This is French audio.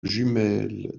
jumelle